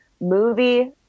movie